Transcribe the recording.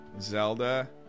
Zelda